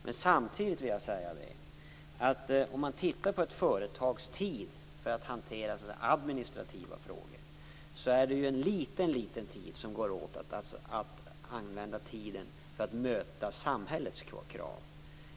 Men samtidigt vill jag säga att om man tittar på ett företags tid för att hantera administrativa frågor är det en mycket liten tid som går åt till att möta samhällets krav.